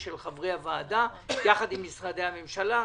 של חברי הוועדה ביחד עם משרדי הממשלה.